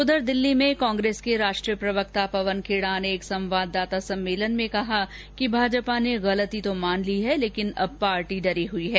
उधर दिल्ली में कांग्रेस के राष्ट्रीय प्रवक्ता पवन खेड़ा ने एक संवाददाता सम्मेलन में कहा कि भाजपा ने गलती मान तो ली है लेकिन अब पार्टी डरी हई है